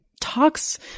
talks